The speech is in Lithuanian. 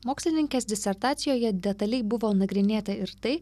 mokslininkės disertacijoje detaliai buvo nagrinėta ir tai